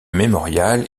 mémorial